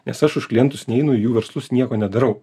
nes aš už klientus neinu į jų verslus nieko nedarau